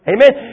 Amen